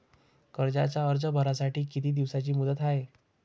कर्जाचा अर्ज भरासाठी किती दिसाची मुदत हाय?